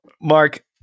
Mark